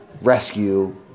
rescue